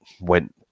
went